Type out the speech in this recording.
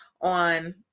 on